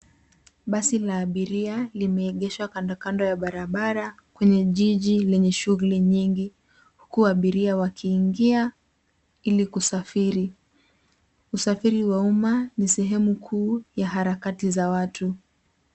Basi la abiria limeegeshwa kando kando ya barabara, kwenye jiji lenye shughuli nyingi, huku abiria wakiingia ili kusafiri. Usafiri wa uma ni sehemu kuu ya harakati zawatu.